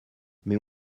mais